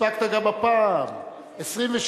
1 נתקבל.